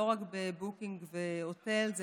לא רק ב-Booking ו-Hotels,